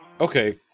okay